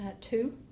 two